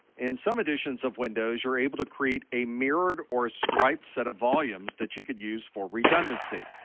in some editions of windows, you're able to create a mirrored or a striped set of volumes that you could use for redundancy.